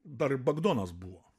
dar bagdonas buvo